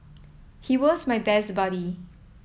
he was my best buddy